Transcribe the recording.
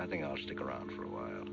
i think i'll stick around for a while